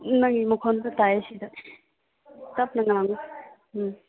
ꯅꯪꯒꯤ ꯃꯈꯣꯟꯗꯨ ꯇꯥꯏ ꯁꯤꯗ ꯇꯞꯅ ꯉꯥꯡꯉꯣ ꯎꯝ